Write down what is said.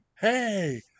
hey